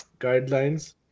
guidelines